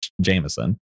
Jameson